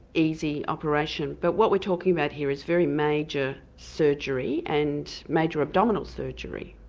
easy operation. but what we're talking about here is very major surgery and major abdominal surgery.